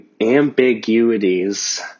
ambiguities